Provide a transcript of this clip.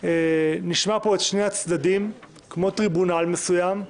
נשמע פה את שני הצדדים כמו טריבונל מסוים,